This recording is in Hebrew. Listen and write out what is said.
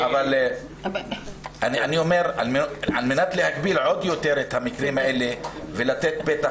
אני אומר שעל מנת להגביל עוד יותר את המקרים האלה ולתת פתח,